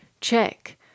check